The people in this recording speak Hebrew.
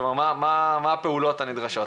מה הפעולות הנדרשות?